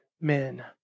men